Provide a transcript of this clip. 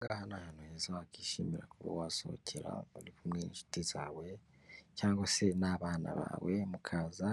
Aha ngaha ni ahantu heza wakwishimira kuba wasohokera uri kumwe n'inshuti zawe cyangwa se n'abana bawe, mukaza